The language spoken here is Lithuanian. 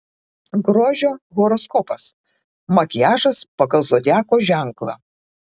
grožio horoskopas makiažas pagal zodiako ženklą